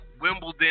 Wimbledon